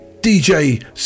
DJ